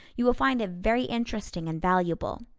you will find it very interesting and valuable.